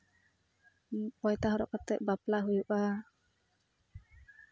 ᱯᱚᱭᱛᱟ ᱦᱚᱨᱚᱜ ᱠᱟᱛᱮ ᱵᱟᱯᱞᱟ ᱦᱩᱭᱩᱜᱼᱟ